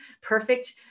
perfect